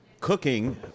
cooking